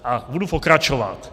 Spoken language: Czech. A budu pokračovat.